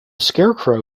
scarecrow